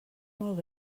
molt